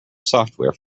software